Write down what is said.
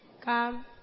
Come